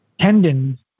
Tendons